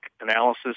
analysis